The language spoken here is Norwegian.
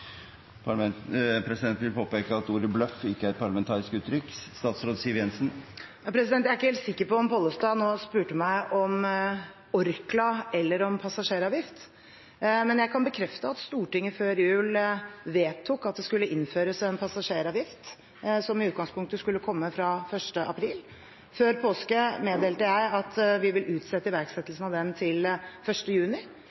Presidenten vil påpeke at ordet «bløff» ikke er et parlamentarisk uttrykk. Jeg er ikke helt sikker på om Pollestad nå spurte meg om Orkla eller om passasjeravgift, men jeg kan bekrefte at Stortinget før jul vedtok at det skulle innføres en passasjeravgift som i utgangspunktet skulle komme fra 1. april. Før påske meddelte jeg at vi vil utsette